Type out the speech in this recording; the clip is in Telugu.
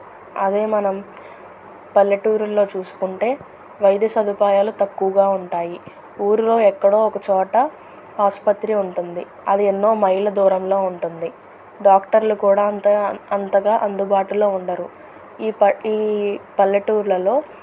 అదే మనం పల్లెటూర్లలో చూసుకుంటే వైద్య సదుపాయాలు తక్కువగా ఉంటాయి ఊరిలో ఎక్కడో ఒకచోట ఆసుపత్రి ఉంటుంది అది ఎన్నో మైళ్ళ దూరంలో ఉంటుంది డాక్టర్లు కూడా అంతా అంతగా అందుబాటులో ఉండరు ఈ ప ఈ పల్లెటూర్లలో